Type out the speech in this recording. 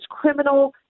criminal